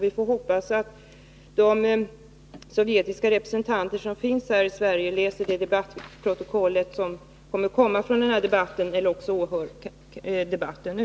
Vi får hoppas att de sovjetiska representanter som finns här i Sverige läser protokollet från den här debatten eller åhör debatten nu.